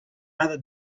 other